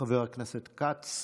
חבר הכנסת כץ,